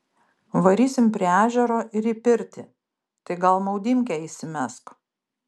varysim prie ežero ir į pirtį tai gal maudymkę įsimesk